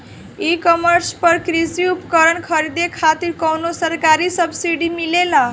ई कॉमर्स पर कृषी उपकरण खरीदे खातिर कउनो सरकारी सब्सीडी मिलेला?